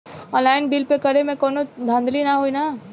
Online bill pay करे में कौनो धांधली ना होई ना?